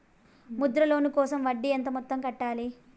Mudra loan కోసం వడ్డీ ఎంత మొత్తం కట్టాలి